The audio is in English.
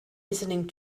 listening